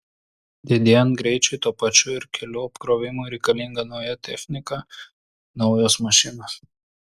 didėjant greičiui tuo pačiu ir kelių apkrovimui reikalinga nauja technika naujos mašinos